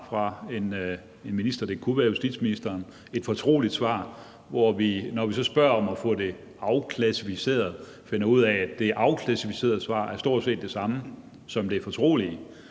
fra en minister – det kunne være justitsministeren – hvor vi, når vi så spørger om at få det afklassificeret, finder ud af, at det afkvalificerede svar er stort set det samme som det fortrolige.